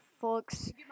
folks